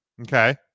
Okay